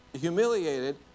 humiliated